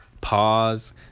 pause